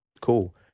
cool